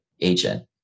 agent